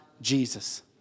Jesus